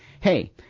hey